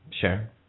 Sure